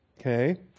Okay